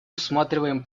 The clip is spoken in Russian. усматриваем